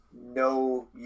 no